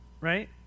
Right